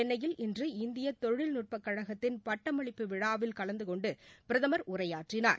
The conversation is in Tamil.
சென்னையில் இன்று இந்திய தொழில்நுட்ப கழகத்தின் பட்டமளிப்பு விழாவில் கலந்து கொண்டு பிரதமர் உரையாற்றினார்